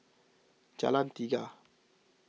Jalan Tiga